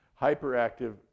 hyperactive